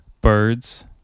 Birds